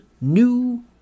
new